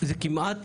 וזה כמעט